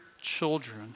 children